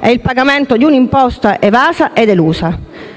e il pagamento di un'imposta evasa ed elusa.